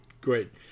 great